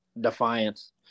Defiance